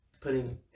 Putting